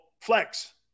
Flex